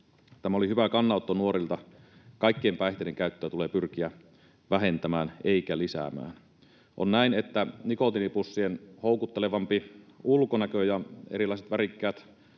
Tämä oli hyvä kannanotto nuorilta. Kaikkien päihteiden käyttöä tulee pyrkiä vähentämään eikä lisäämään. On näin, että nikotiinipussien houkuttelevampi ulkonäkö ja erilaiset värikkäät